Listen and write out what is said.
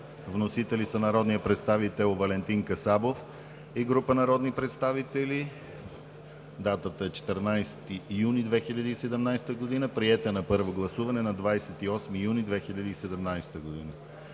Вносители са народният представител Валентин Касабов и група народни представители на 14 юни 2017 г. Приет е на първо гласуване на 28 юни 2017 г.